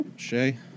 Shay